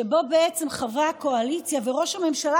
שבה בעצם חברי הקואליציה וראש הממשלה